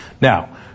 Now